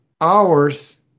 hours